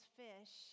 fish